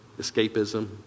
Escapism